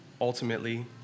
ultimately